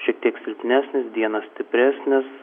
šiek tiek silpnesnis dieną stipresnis